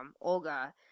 Olga